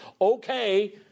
okay